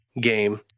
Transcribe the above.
game